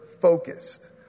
focused